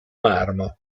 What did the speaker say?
marmo